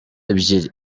ebyiri